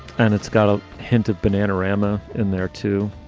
and it's got a hint of bananarama in there, too